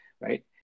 right